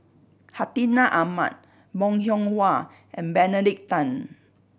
Hartinah Ahmad Bong Hiong Hwa and Benedict Tan